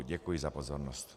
Děkuji za pozornost.